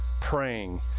praying